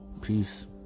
Peace